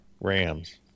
Rams